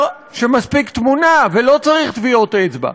שמספיקה תמונה ולא צריך טביעות אצבע?